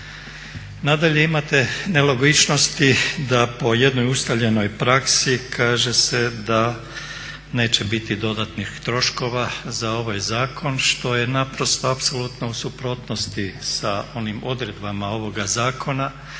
Nadalje, imate nelogičnosti da po jednoj ustaljenoj praksi kaže se da neće biti dodatnih troškova za ovaj zakon što je naprosto apsolutno u suprotnosti sa onim odredbama ovoga zakona